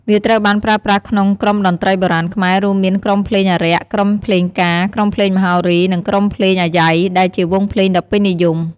វាត្រូវបានប្រើប្រាស់ក្នុងក្រុមតន្ត្រីបុរាណខ្មែរ រួមមាន ក្រុមភ្លេងអារក្ស ក្រុមភ្លេងការ ក្រុមភ្លេងមហោរី និងក្រុមភ្លេងអាយ៉ៃ ដែលជាវង់ភ្លេងដ៏ពេញនិយម។